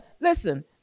Listen